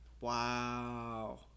Wow